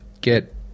get